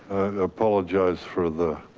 apologize for the